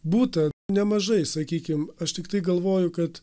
būta nemažai sakykim aš tiktai galvoju kad